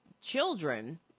children